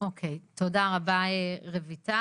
אוקיי, תודה רבה רויטל.